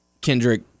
Kendrick